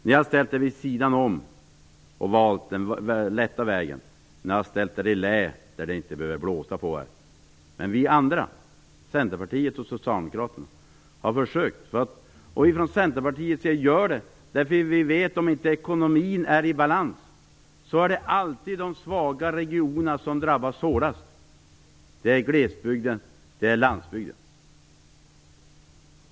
Ni har ställt er vid sidan om och valt den lätta vägen. Ni har ställt er i lä, där det inte behöver blåsa på er. Men vi andra, Centerpartiet och Socialdemokraterna, har försökt att lösa problemen. Från Centerpartiets sida gör vi det därför att vi vet att om ekonomin inte är balans, så är det alltid de svaga regionerna som drabbas hårdast - glesbyden och landsbygden.